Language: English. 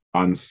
on